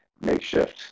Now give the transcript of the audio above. makeshift